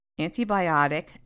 antibiotic